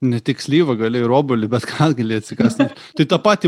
ne tik slyvą gali ir obuolį bet ką gali atsikąsti tai tą patį